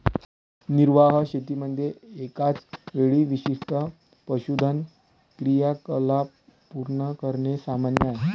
निर्वाह शेतीमध्ये एकाच वेळी विशिष्ट पशुधन क्रियाकलाप पूर्ण करणे सामान्य आहे